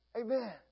Amen